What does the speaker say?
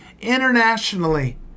internationally